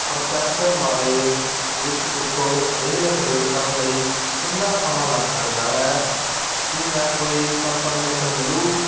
process ਬਾਰੇ ਵਿੱਚ ਪੁੱਛੋ ਇਹ ਅਪਡੇਟ ਕਰਨ ਲਈ ਕਿੰਨਾ ਸਮਾਂ ਲੱਗ ਸਕਦਾ ਹੈ ਕੀ ਮੈਂ ਕੋਈ ਕੰਫਰਮੇਸ਼ਨ ਮਿਲੂ